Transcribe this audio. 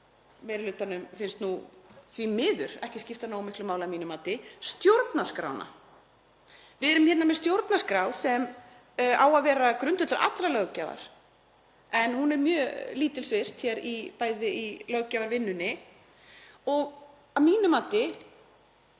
meiri hlutanum finnst því miður ekki skipta nógu miklu máli að mínu mati — stjórnarskrána. Við erum með stjórnarskrá sem á að vera grundvöllur allrar löggjafar en hún er mjög lítilsvirt í löggjafarvinnunni og að mínu mati